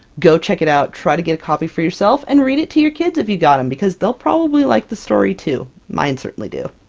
go check it out! try to get a copy for yourself and read it to your kids if you got em, because they'll probably like the story too! mine certainly do!